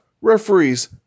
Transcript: referees